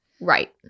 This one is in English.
Right